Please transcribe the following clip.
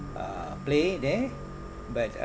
uh play there but uh